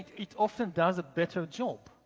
it often does a better job.